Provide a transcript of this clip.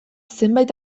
zenbait